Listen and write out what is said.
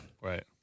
Right